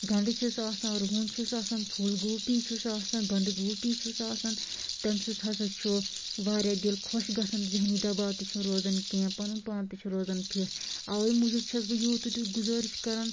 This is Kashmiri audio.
گَنٛڈٕ چھِس آسان رُہن چھُس آسان پھوٗل گوٗپی چھُس آسان بَنٛدٕگوٗپی چھُس آسان تَمہِ سۭتۍ ہسا چھُ واریاہ دِل خۄش گژھان ذہنی دَباو تہِ چھُنہٕ روزان کیٚنٛہہ پنُن پان تہِ چھُ روزان فِٹ اَؤے موٗجوٗب چھیٚس بہٕ یوٗت تہٕ تیٛوٗت گُزٲرِش کران